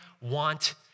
want